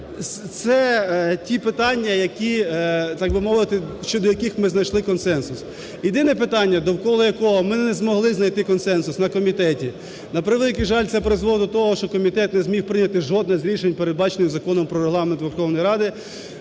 Це ті питання, які, так би мовити, щодо яких ми знайшли консенсус. Єдине питання, довкола якого ми не змогли знайти консенсус на комітеті, на превеликий жаль, це призвело до того, що комітет не зміг прийняти жодне з рішень, передбачене Законом "Про Регламент Верховної Ради",